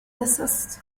desist